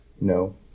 No